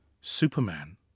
Superman